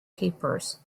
keepers